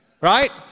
right